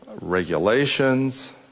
regulations